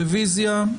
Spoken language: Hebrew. רביזיה.